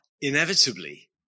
inevitably